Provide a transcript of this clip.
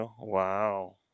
Wow